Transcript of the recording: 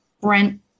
Brent